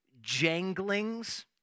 janglings